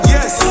Yes